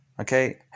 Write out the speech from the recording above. Okay